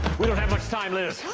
we don't have much time, liz!